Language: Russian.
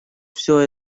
все